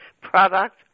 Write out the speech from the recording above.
product